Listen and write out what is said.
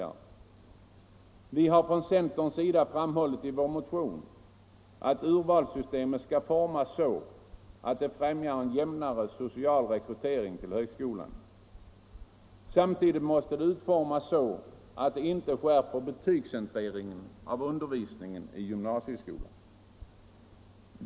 Vi har från centerns sida framhållit i vår motion att urvalssystemet skall formas så, att det främjar en jämnare social rekrytering till högskolan. Samtidigt måste det utformas så, att det inte skärper betygscentreringen av undervisningen i gymnasieskolan.